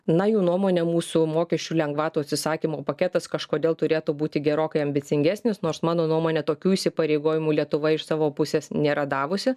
na jų nuomone mūsų mokesčių lengvatų atsisakymo paketas kažkodėl turėtų būti gerokai ambicingesnis nors mano nuomone tokių įsipareigojimų lietuva iš savo pusės nėra davusi